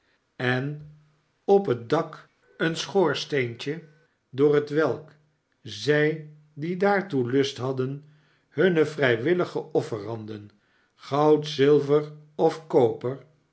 en op het dak een schoorsteentje door hetwelk zij die daartoelust hadden hunne vrijwihige offeranden goud zilver of koper